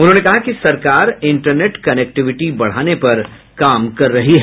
उन्होंने कहा कि सरकार इंटरनेट कनेक्टिवीटी बढ़ाने पर काम कर रही है